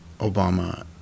Obama